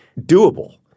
doable